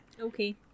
Okay